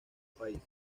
país